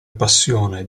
passione